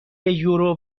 یورو